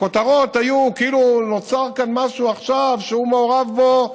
הכותרות היו כאילו נוצר פה משהו שהוא מעורב בו,